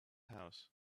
house